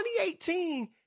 2018